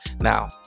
Now